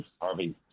Harvey